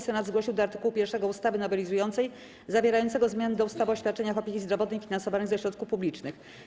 Senat zgłosił do art. 1 ustawy nowelizującej zawierającego zmiany do ustawy o świadczeniach opieki zdrowotnej finansowanych ze środków publicznych.